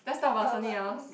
let's talk about something else